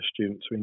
students